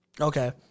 Okay